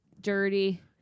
dirty